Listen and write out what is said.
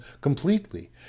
completely